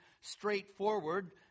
straightforward